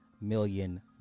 million